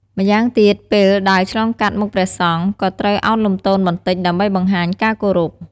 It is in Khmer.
ម្យ៉ាងទៀត ពេលដើរឆ្លងកាត់មុខព្រះសង្ឃ ក៏ត្រូវឱនលំទោនបន្តិច ដើម្បីបង្ហាញការគោរព។